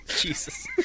Jesus